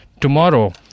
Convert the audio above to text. tomorrow